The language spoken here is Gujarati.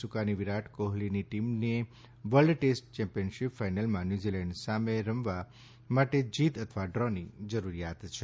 સુકાની વિરાટ કોહલીની ટીમને વર્લ્ડ ટેસ્ટ ચેમ્પિયનશિપ ફાઇનલમાં ન્યુઝીલેન્ડ સાથે રમવા માટે જીત અથવા ડ્રોની જરૂર છે